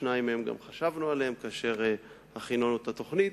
על שניים מהם גם אנחנו חשבנו כאשר הכנו את התוכנית.